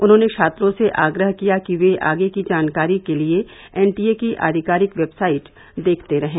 उन्होंने छात्रों से आग्रह किया कि ये आगे की जानकारी के लिए एनटीए की आधिकारिक वेबसाइट देखते रहें